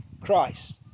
Christ